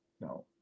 No